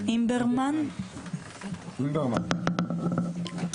אימברמן, בבקשה.